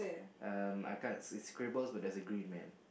um I can't it scribbles but there's a green man